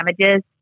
damages